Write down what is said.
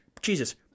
Jesus